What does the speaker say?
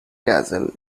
castle